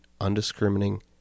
undiscriminating